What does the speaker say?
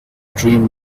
dream